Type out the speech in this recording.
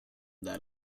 that